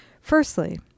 Firstly